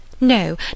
No